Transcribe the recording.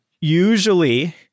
usually